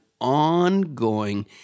ongoing